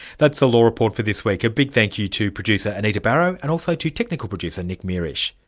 that's the law report for this week. a big thank you to producer anita barraud, and also to technical producer, nick mierisch.